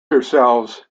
yourselves